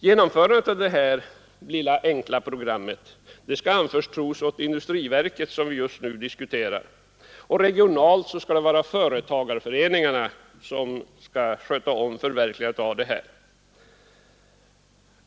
Genomförandet av detta lilla enkla program skall anförtros industriverket, som vi just nu diskuterar, och regionalt skall företagarföreningarna sköta förverkligandet av det.